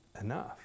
enough